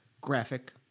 graphic